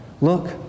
Look